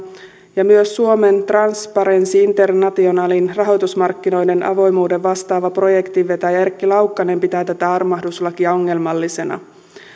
ja myös suomen transparency internationalin rahoitusmarkkinoiden avoimuudesta vastaavan projektin vetäjä erkki laukkanen pitää tätä armahduslakia ongelmallisena